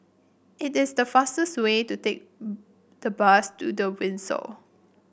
it is the fastest way to take the bus to The Windsor